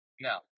Now